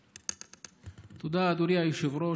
תודה, אדוני היושב-ראש.